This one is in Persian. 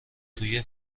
توی